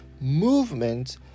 movement